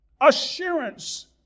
assurance